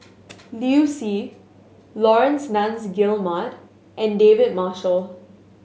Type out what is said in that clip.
Liu Si Laurence Nunns Guillemard and David Marshall